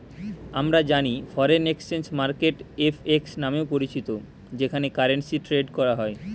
আমরা জানি foreign exchange market FX নামেও পরিচিত যেখানে কারেন্সি ট্রেড করা হয়